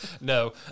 No